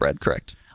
Correct